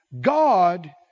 God